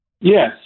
Yes